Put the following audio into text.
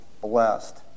blessed